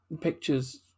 pictures